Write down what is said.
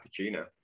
cappuccino